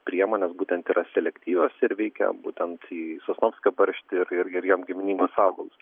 priemonės būtent yra selektyvios ir veikia būtent į sosnovskio barštį ir ir ir jam giminingus augalus